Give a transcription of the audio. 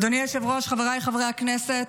אדוני היושב-ראש, חבריי חברי הכנסת,